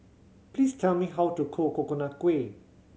please tell me how to cook Coconut Kuih